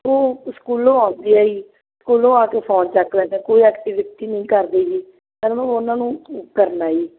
ਉਹ ਸਕੂਲੋਂ ਆਉਂਦੇ ਆ ਜੀ ਸਕੂਲੋਂ ਆ ਕੇ ਫੋਨ ਚੁੱਕ ਲੈਦਾ ਕੋਈ ਐਕਟੀਵਿਟੀ ਨਹੀਂ ਕਰਦੇ ਜੀ ਉਹਨਾਂ ਨੂੰ ਕਰਨਾ ਜੀ